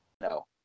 no